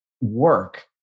work